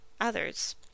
others